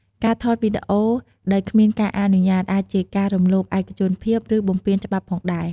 ការថតវីដេអូដោយគ្មានការអនុញ្ញាតអាចជាការរំលោភឯកជនភាព ឬបំពានច្បាប់ផងដែរ។